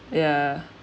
ya